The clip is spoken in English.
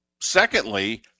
secondly